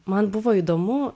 man buvo įdomu